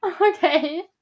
Okay